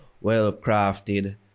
well-crafted